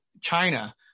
China